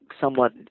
somewhat